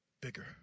bigger